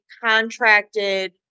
contracted